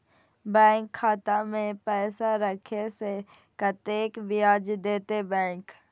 Bank खाता में पैसा राखे से कतेक ब्याज देते बैंक?